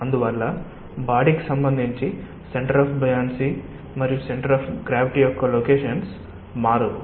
అందువల్ల బాడికి సంబంధించి సెంటర్ ఆఫ్ బయాన్సీ మరియు సెంటర్ ఆఫ్ గ్రావిటీ యొక్క లొకేషన్స్ మారవు